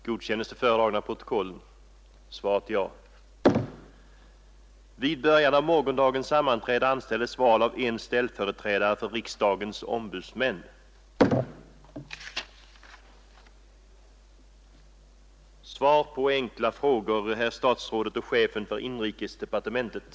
Valet av en ställföreträdare för riksdagens ombudsmän avser tiden från valet till dess nytt val sker under fjärde året härefter. JO-delegationen har föreslagit att rådmannen Tor Eric Sverne väljes till ställföreträdare för riksdagens ombudsmän.